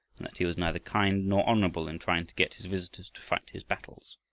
and that he was neither kind nor honorable in trying to get his visitors to fight his battles.